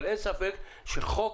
אבל אין ספק שחוק